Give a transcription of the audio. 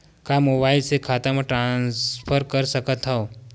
का मोबाइल से खाता म ट्रान्सफर कर सकथव?